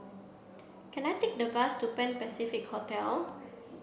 can I take a bus to Pan Pacific Orchard